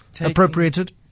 Appropriated